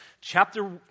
Chapter